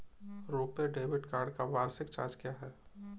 RuPay debit card का वार्षिक charge क्या है?